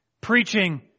preaching